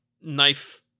knife